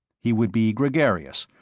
he would be gregarious,